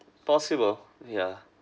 possible yeah